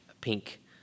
pink